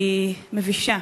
היא מבישה.